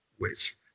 ways